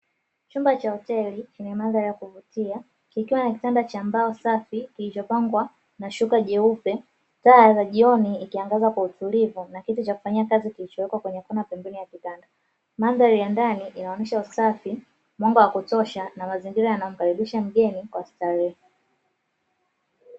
Chumba cha hoteli chenye mandhari ya kuvutia kikiwa na kitanda cha mbao safi kilichopambwa na shuka jeupe. Taa za jioni ikiangaza kwa utulivu na kiti cha kufanyia kazi kilichowekwa pembeni ya kitanda. Mandhari ya ndani inaonyesha usafi, mwanga wa kutosha na mazingira yanayomkaribisha mgeni kwa starehe.